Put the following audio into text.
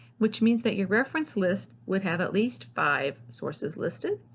which means that your reference list would have at least five sources listed,